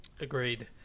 Agreed